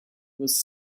was